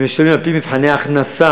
הם משלמים על-פי מבחני הכנסה.